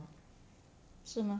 是吗